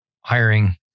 hiring